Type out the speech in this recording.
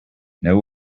know